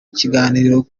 kiganiro